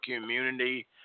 community